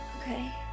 Okay